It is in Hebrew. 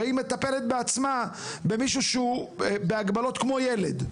הרי היא בעצמה מטפלת במישהו שהוא במגבלות כמו ילד,